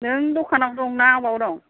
नों दखानाव दं ना बबेयाव दं